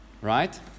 Right